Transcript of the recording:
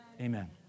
Amen